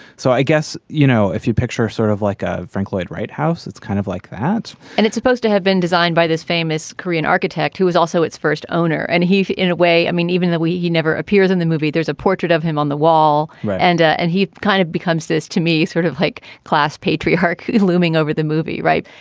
so i guess you know if you picture sort of like ah frank lloyd wright house it's kind of like that and it's supposed to have been designed by this famous korean architect who was also its first owner and he in a way i mean even though he never appears in the movie there's a portrait of him on the wall and and he kind of becomes this to me sort of like class patriarch looming over the movie right.